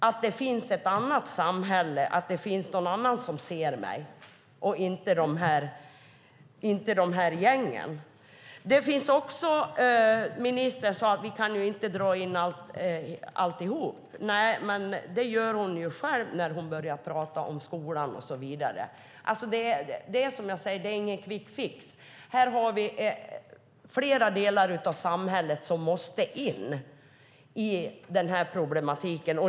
Det ska finnas ett annat samhälle. Man ska bli sedd av någon annan och inte av de här gängen. Ministern sade att vi inte kan dra in alltihop. Nej, men det gör hon själv när hon börjar prata om skolan och så vidare. Det finns ingen quick fix, som jag sade. Flera delar av samhället måste in i den här problematiken.